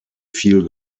viel